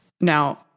Now